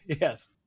yes